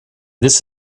this